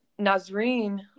Nazreen